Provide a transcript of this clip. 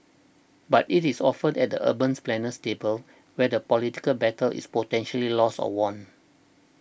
but it is often at the urban planner's table where the political battle is potentially lost or won